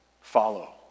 follow